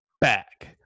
back